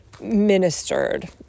ministered